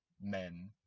men